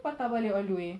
patah balik all the way